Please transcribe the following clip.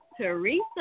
Teresa